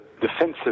defensive